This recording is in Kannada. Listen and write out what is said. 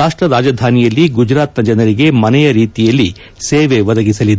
ರಾಷ್ಟ್ರ ರಾಜಧಾನಿಯಲ್ಲಿ ಗುಜರಾತ್ನ ಜನರಿಗೆ ಮನೆಯ ರೀತಿಯಲ್ಲಿ ಸೇವೆ ಒದಗಿಸಲಿದೆ